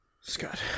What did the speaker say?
Scott